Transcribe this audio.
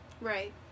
Right